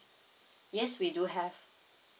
yes we do have